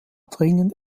dringend